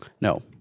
No